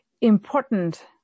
important